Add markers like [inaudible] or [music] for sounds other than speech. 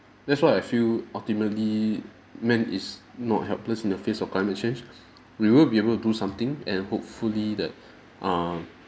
that's why I feel ultimately man is not helpless in the face of climate change [breath] we will be able to something and hopefully that [breath] err